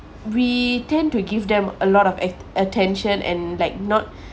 we tend to give them a lot of at~ attention and like not